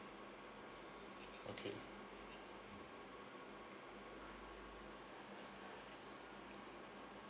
okay